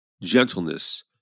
gentleness